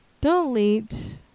Delete